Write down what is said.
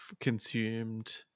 consumed